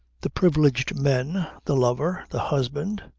the privileged men, the lover, the husband,